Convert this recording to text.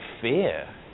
fear